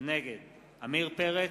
נגד עמיר פרץ,